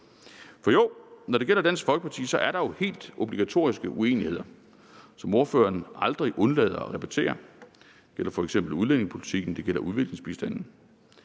For når det gælder Dansk Folkeparti, er der jo helt obligatoriske uenigheder, som ordføreren aldrig undlader at repetere. Det gælder f.eks. udlændingepolitikken, og det gælder udviklingsbistanden.